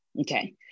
Okay